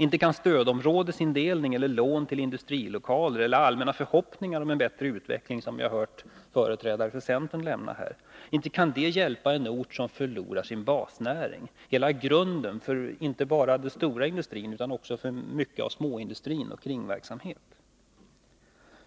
Inte kan stödområdesindelning eller lån till industrilokaler eller allmänna förhoppningar om en bättre utveckling — som vi har hört företrädare för centern uttala här — hjälpa en ort som förlorar sin basnäring, hela grunden för inte bara den stora industrin utan också för mycket av småindustrin och kringverksamheten.